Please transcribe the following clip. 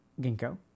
Ginkgo